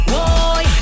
Boy